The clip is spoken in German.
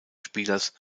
spielers